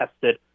tested